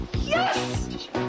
Yes